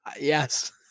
Yes